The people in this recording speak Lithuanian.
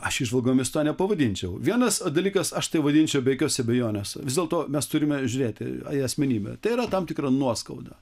aš įžvalgomis to nepavadinčiau vienas dalykas aš tai vadinčiau be jokios abejonės vis dėlto mes turime žiūrėti į asmenybę tai yra tam tikra nuoskauda